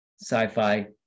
sci-fi